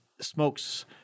smokes